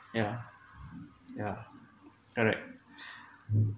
yeah yeah correct